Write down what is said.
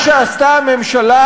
מה שעשתה הממשלה,